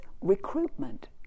recruitment